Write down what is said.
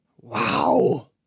Wow